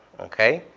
okay?